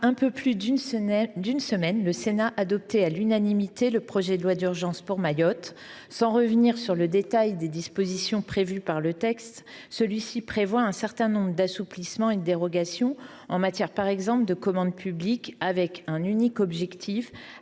un peu plus d’une semaine, le Sénat adoptait à l’unanimité le projet de loi d’urgence pour Mayotte. Je ne reviendrai pas en détail sur les dispositions prévues dans le texte. Celui ci prévoit un certain nombre d’assouplissements et de dérogations, en matière, par exemple, de commande publique, avec un unique objectif